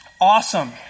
Awesome